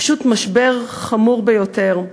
זה פשוט משבר חמור ביותר.